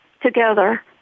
together